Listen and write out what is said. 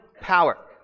power